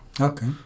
Okay